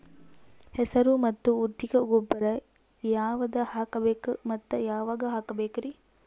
ಹೆಸರು ಮತ್ತು ಉದ್ದಿಗ ಗೊಬ್ಬರ ಯಾವದ ಹಾಕಬೇಕ ಮತ್ತ ಯಾವಾಗ ಹಾಕಬೇಕರಿ?